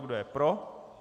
Kdo je pro?